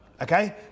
Okay